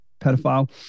pedophile